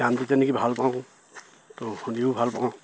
গানটো তেনেকে ভাল পাওঁ ত' শুনিও ভাল পাওঁ